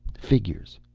figures.